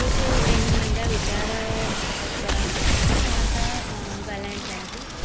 कुझु पंहिंजे मन जा वीचार अ प्रकट करण चाहियां थी तव्हां सां अ ॻाल्हाइण चाहियां थी